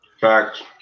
Facts